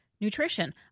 nutrition